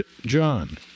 John